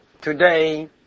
today